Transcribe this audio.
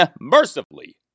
mercifully